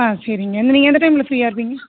ஆ சரிங்க நீங்கள் எந்த டைமில் ஃப்ரீயாக இருப்பீங்க